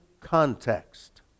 context